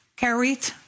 Carried